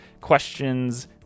questions